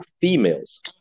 females